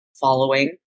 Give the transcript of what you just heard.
following